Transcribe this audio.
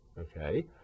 okay